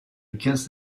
against